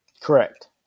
Correct